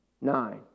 Nine